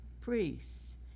priests